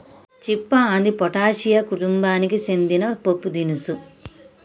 చిక్ పా అంది ఫాటాసియా కుతుంబానికి సెందిన పప్పుదినుసు